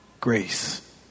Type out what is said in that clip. Grace